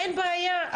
אין בעיה,